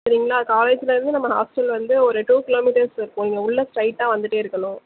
சரிங்களா காலேஜ்லேருந்து நம்ம ஹாஸ்ட்டல் வந்து ஒரு டூ கிலோமீட்டர்ஸ் இருக்கும் நீங்கள் உள்ளே ஸ்ட்ரைட்டாக வந்துகிட்டே இருக்கணும்